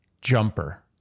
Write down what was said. jumper